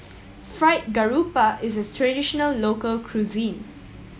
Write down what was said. Fried Garoupa is a traditional local cuisine